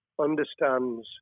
understands